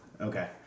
Okay